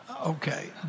Okay